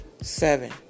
Seven